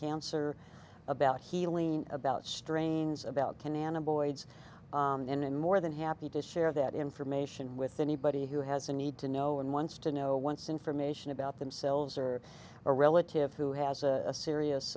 cancer about healing about strains about ten ana boys then and more than happy to share that information with anybody who has a need to know and wants to know once information about themselves or a relative who has a serious